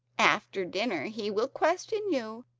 after dinner he will question you,